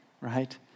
right